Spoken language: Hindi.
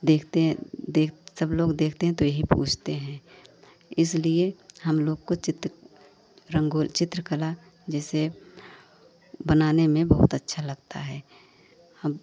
देखते हैं देखते हैं सब लोग देखते हैं तो यही पूछते हैं इसलिए हमलोग को चित्त रंगो चित्रकला जैसे बनाने में बहुत अच्छा लगता है हम